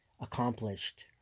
accomplished